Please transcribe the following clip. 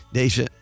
Deze